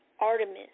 Artemis